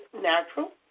natural